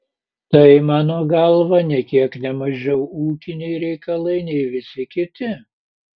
tai mano galva nė kiek ne mažiau ūkiniai reikalai nei visi kiti